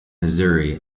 missouri